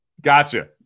Gotcha